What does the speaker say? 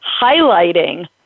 highlighting